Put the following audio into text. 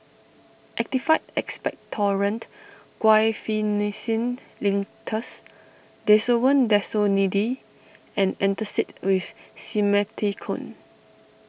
Actified Expectorant Guaiphenesin Linctus Desowen Desonide and Antacid with Simethicone